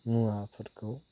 मुवाफोरखौ